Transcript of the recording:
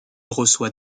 reçoit